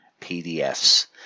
PDFs